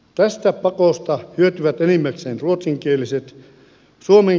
tästä pakosta hyötyvät enimmäkseen ruotsinkieliset